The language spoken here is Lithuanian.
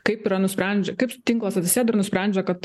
kaip yra nusprendžia kaip tinklas atsisėda ir nusprendžia kad